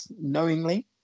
knowingly